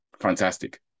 Fantastic